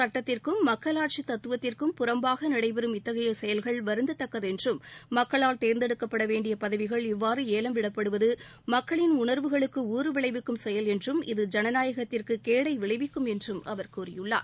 சுட்டத்திற்கும் மக்கள் ஆட்சி தத்துவத்திற்கும் புறம்பாக நடைபெறும் இத்தகைய செயல்கள் வருந்தத்தக்கது என்றும் மக்களால் தேர்ந்தெடுக்கப்பட வேண்டிய பதவிகள் இவ்வாறு ஏலம் விடப்படுவது மக்களின் உணா்வுகளுக்கு ஊறு விளைவிக்கும் செயல் என்றும் இது ஜனநாயகத்திற்கு கேடை விளைவிக்கும் என்றும் அவர் கூறியுள்ளார்